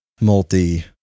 multi